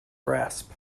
grasp